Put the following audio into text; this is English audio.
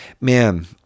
man –